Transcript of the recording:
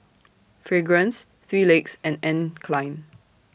Fragrance three Legs and Anne Klein